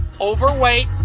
overweight